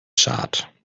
chart